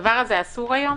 הדבר הזה אסור היום?